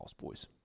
boys